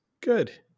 Good